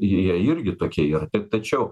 jie irgi tokie ir taip tačiau